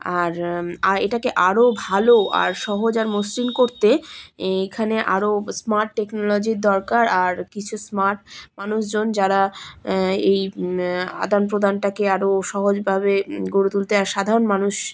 আর এটাকে আরও ভালো আর সহজ আর মসৃণ করতে এখানে আরও স্মার্ট টেকনোলজির দরকার আর কিছু স্মার্ট মানুষজন যারা এই আদান প্রদানটাকে আরও সহজভাবে গড়ে তুলতে আর সাধারণ মানুষ